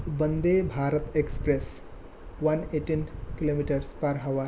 Vande Bharat express one eighteen kilometres per hover